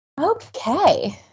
Okay